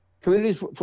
communities